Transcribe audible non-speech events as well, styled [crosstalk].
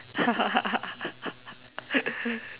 [laughs]